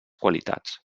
qualitats